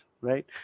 right